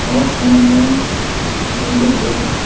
असमन्वयं नैब भवति